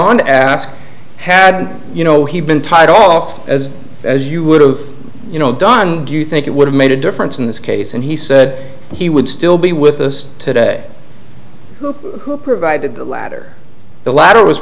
to ask had you know he been tied off as as you would have you know done do you think it would have made a difference in this case and he said he would still be with us today hoop who provided the ladder the ladder was